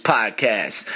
Podcast